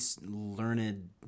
learned